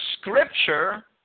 scripture